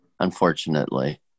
Unfortunately